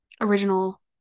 original